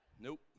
Nope